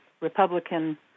Republican